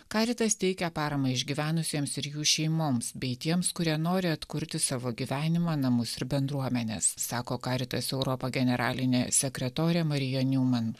caritas teikia paramą išgyvenusiems ir jų šeimoms bei tiems kurie nori atkurti savo gyvenimą namus ir bendruomenes sako caritas europa generalinė sekretorė marija njuman